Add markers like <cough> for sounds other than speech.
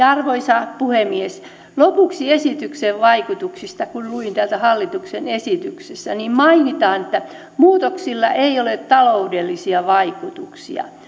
<unintelligible> arvoisa puhemies lopuksi esityksen vaikutuksista kun luin täältä hallituksen esityksestä niin mainitaan että muutoksilla ei ole taloudellisia vaikutuksia <unintelligible>